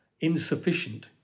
insufficient